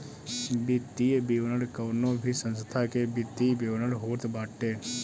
वित्तीय विवरण कवनो भी संस्था के वित्तीय विवरण होत बाटे